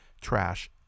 trash